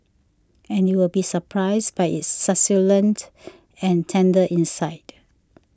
and you'll be surprised by its succulent and tender inside